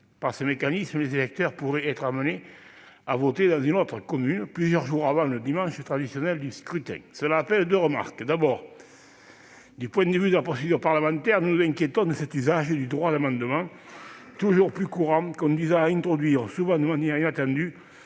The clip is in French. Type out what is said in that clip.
Par ce mécanisme, les électeurs pourraient être amenés à voter dans une autre commune plusieurs jours avant le dimanche traditionnel du scrutin. Cette disposition appelle deux remarques. D'abord, du point de vue de la procédure parlementaire, nous nous inquiétons de cet usage toujours plus fréquent du droit d'amendement, qui conduit à introduire, souvent de manière inattendue,